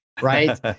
right